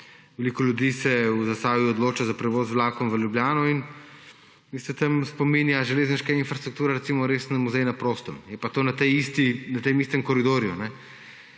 veliko ljudi se v Zasavju odloča za prevoz z vlakom v Ljubljano – in veste, tam spominja železniška infrastruktura res na muzej na prostem, je pa to na tem istem koridorju.